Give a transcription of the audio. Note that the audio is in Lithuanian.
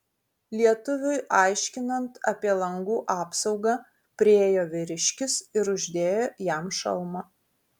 lietuviui aiškinant apie langų apsaugą priėjo vyriškis ir uždėjo jam šalmą